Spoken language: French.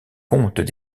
comptent